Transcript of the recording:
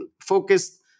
focused